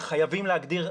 וחייבים להגדיר,